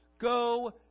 Go